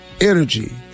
energy